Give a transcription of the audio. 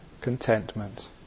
contentment